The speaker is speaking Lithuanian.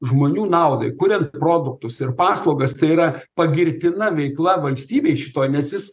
žmonių naudai kuriant produktus ir paslaugas tai yra pagirtina veikla valstybėj šitoj nes jis